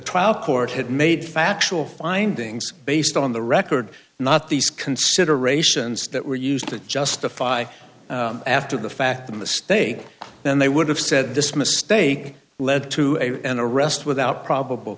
trial court had made factual findings based on the record not these considerations that were used to justify after the fact in the stay then they would have said this mistake led to an arrest without probable